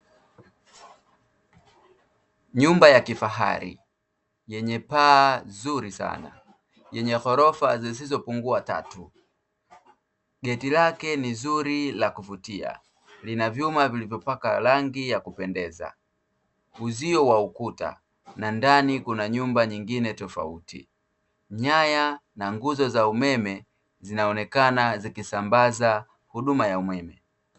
Nyumba ya kifahari yenye paa zuri sana, yenye ghorofa zisizopungua tatu. Geti lake ni zuri la kuvutia lina vyuma vilivyopakwa rangi ya kupendeza. Uzio wa ukuta na ndani kuna nyumba nyingine tofauti. Nyaya na nguzo za umeme zinaonekana zikisambaza huduma ya umeme.